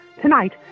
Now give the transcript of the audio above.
Tonight